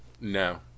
No